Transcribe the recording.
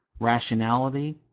Rationality